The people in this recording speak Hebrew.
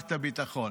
במערכת הביטחון.